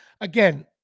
again